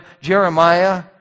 Jeremiah